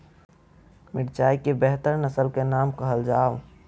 मिर्चाई केँ बेहतर नस्ल केँ नाम कहल जाउ?